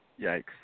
Yikes